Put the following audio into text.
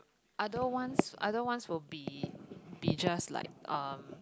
other ones other ones will be they just like um